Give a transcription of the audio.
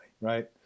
right